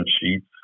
sheets